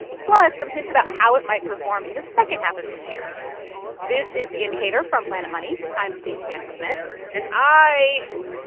plus some hints about how it might perform in the second half of this year this is the indicator from planet money. i'm stacey vanek smith and i